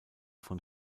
von